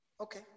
Okay